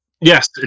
yes